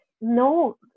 no